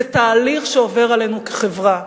זה תהליך שעובר עלינו כחברה,